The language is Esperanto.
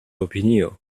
opinio